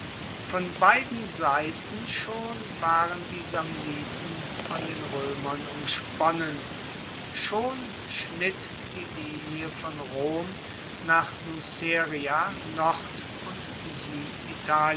von beiden seiten schon waren die samniten von den roemern umsponnen schon schnitt die linie von rom nach luceria nord und